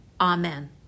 Amen